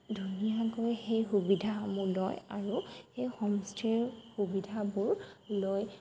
ধুনীয়াকৈ সেই সুবিধাসমূহ লয় আৰু সেই হোমষ্টেৰ সুবিধাবোৰ লৈ